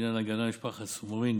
בעניין הגנה על משפחת סומרין